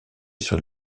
sur